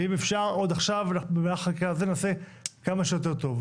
ואם אפשר עוד עכשיו במהלך הזה נעשה כמה שיותר טוב.